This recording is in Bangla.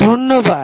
ধন্যবাদ